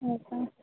हो का